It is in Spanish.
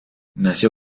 nació